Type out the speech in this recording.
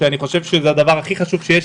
שאני חושב שזה הדבר הכי חשוב שיש,